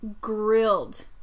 grilled